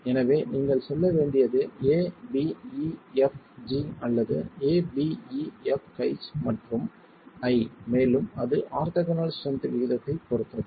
எனவே நீங்கள் செல்ல வேண்டியது a b e f g அல்லது a b e f h மற்றும் i மேலும் அது ஆர்த்தோகனல் ஸ்ட்ரென்த் விகிதத்தைப் பொறுத்தது